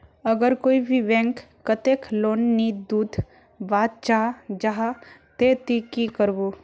अगर कोई भी बैंक कतेक लोन नी दूध बा चाँ जाहा ते ती की करबो?